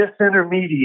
disintermediate